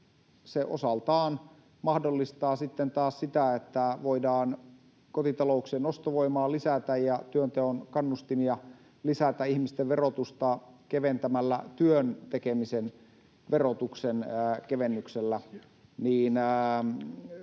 se osaltaan mahdollistaa sitten taas sitä, että voidaan kotitalouksien ostovoimaa lisätä ja työnteon kannustimia lisätä ihmisten verotusta keventämällä työn tekemisen verotuksen kevennyksellä,